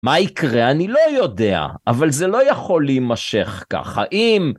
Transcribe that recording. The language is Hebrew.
מה יקרה אני לא יודע, אבל זה לא יכול להימשך ככה, אם...